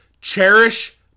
cherish